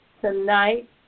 tonight